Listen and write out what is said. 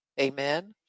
Amen